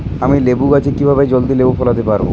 আমি লেবু গাছে কিভাবে জলদি লেবু ফলাতে পরাবো?